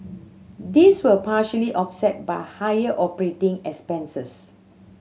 these were partially offset by higher operating expenses